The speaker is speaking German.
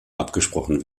abgesprochen